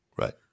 Right